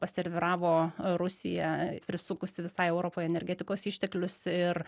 paserviravo rusija prisukusi visai europai energetikos išteklius ir